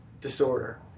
disorder